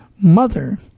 mother